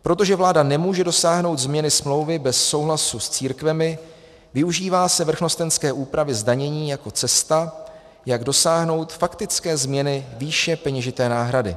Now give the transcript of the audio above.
Protože vláda nemůže dosáhnout změny smlouvy bez souhlasu s církvemi, využívá se vrchnostenské úpravy zdanění jako cesta, jak dosáhnout faktické změny výše peněžité náhrady.